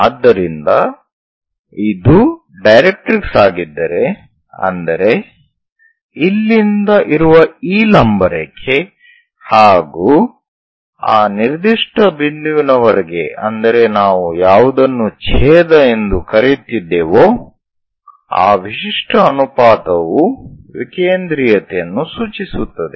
ಆದ್ದರಿಂದ ಇದು ಡೈರೆಕ್ಟ್ರಿಕ್ಸ್ ಆಗಿದ್ದರೆ ಅಂದರೆ ಇಲ್ಲಿಂದ ಇರುವ ಈ ಲಂಬ ರೇಖೆ ಹಾಗೂ ಆ ನಿರ್ದಿಷ್ಟ ಬಿಂದುವಿನ ವರೆಗೆ ಅಂದರೆ ನಾವು ಯಾವುದನ್ನು ಛೇದ ಎಂದು ಕರೆಯುತ್ತಿದ್ದೇವೋ ಆ ವಿಶಿಷ್ಟ ಅನುಪಾತವು ವಿಕೇಂದ್ರೀಯತೆಯನ್ನು ಸೂಚಿಸುತ್ತದೆ